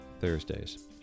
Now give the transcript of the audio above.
Thursdays